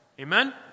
Amen